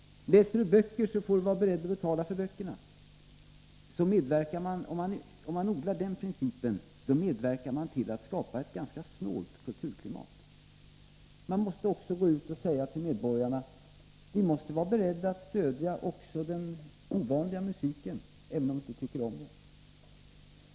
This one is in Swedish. Läser du böcker så får du vara beredd att betala för böckerna. Man måste också gå ut och säga till medborgarna att även den ovanliga musiken måste få stöd, även om inte alla tycker om den.